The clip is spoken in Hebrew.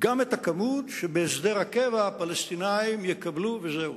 גם את הכמות שבהסדר הקבע הפלסטינים יקבלו, וזהו.